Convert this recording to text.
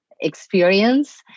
experience